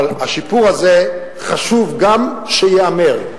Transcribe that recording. אבל השיפור הזה, חשוב גם שייאמר.